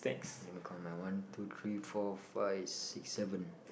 let me count now one two three four five six seven